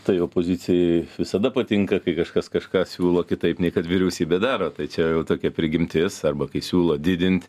tai opozicijai visada patinka kai kažkas kažką siūlo kitaip nei kad vyriausybė daro tai čia jau tokia prigimtis arba kai siūlo didinti